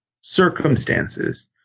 circumstances